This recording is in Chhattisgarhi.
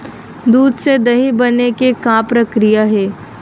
दूध से दही बने के का प्रक्रिया हे?